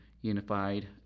Unified